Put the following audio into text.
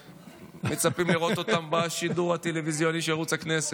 המצפים לראות אותם בשידור הטלוויזיוני של ערוץ הכנסת.